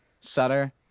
Sutter